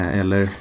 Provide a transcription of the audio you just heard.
eller